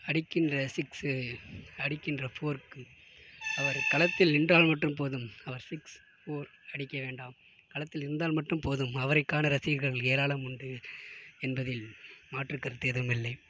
அடிக்கின்ற six அடிக்கின்ற ஃபோர்க்கு அவர் களத்தில் நின்றாள் மட்டும் போதும் அவர் சிக்ஸ் ஃபோர் அடிக்க வேண்டாம் களத்தில் நின்றால் மட்டும் போதும் அவரைக்கான ரசிகர்கள் ஏராளம் உண்டு என்பதில் மாற்று கருத்து ஏதுவும் இல்லை